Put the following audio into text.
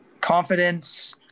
confidence